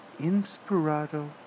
Inspirato